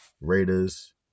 Raiders